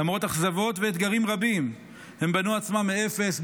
למרות אכזבות ואתגרים רבים הם בנו עצמם מאפס,